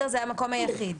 זה המקום היחיד.